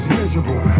miserable